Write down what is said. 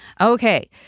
Okay